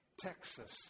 Texas